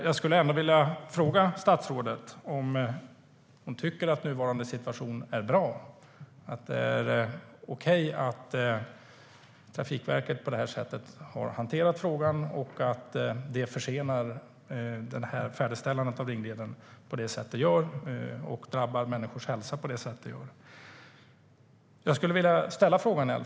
Jag skulle ändå vilja fråga statsrådet om hon tycker att nuvarande situation är bra, att det är okej att Trafikverket hanterat frågan på sådant sätt att det försenar färdigställandet av ringleden och drabbar människors hälsa på det sätt det gör.